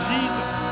Jesus